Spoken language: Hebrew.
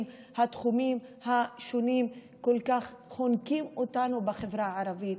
התחומים השונים בחיים כל כך חונקים אותנו בחברה הערבית.